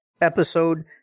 episode